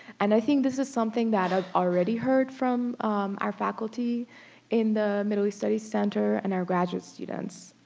and i think this is something that i've already heard from our faculty in the middle east studies center and our graduate students.